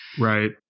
right